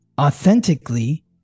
authentically